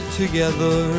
together